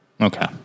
okay